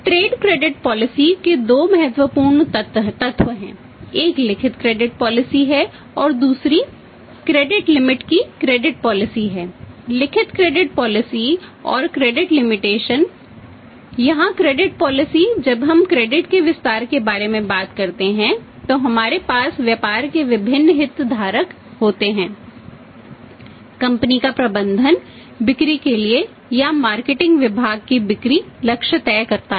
trade विभाग को बिक्री लक्ष्य तय करता है